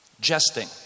jesting